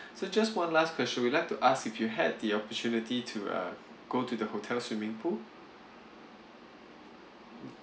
so just one last question we'd like to ask if you had the opportunity to uh go to the hotel swimming pool